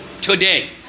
today